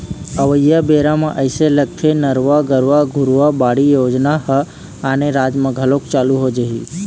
अवइया बेरा म अइसे लगथे नरूवा, गरूवा, घुरूवा, बाड़ी योजना ह आने राज म घलोक चालू हो जाही